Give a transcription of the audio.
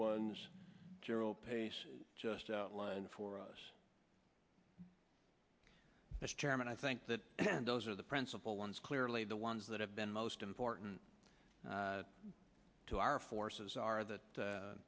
ones general pace just outlined for us mr chairman i think that those are the principal ones clearly the ones that have been most important to our forces are that